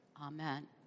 amen